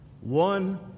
One